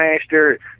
master